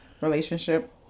relationship